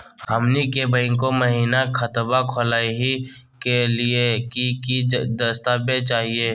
हमनी के बैंको महिना खतवा खोलही के लिए कि कि दस्तावेज चाहीयो?